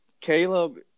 Caleb